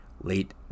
Late